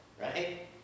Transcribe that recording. right